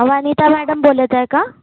Vanita madam बोलत आहे का